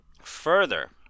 Further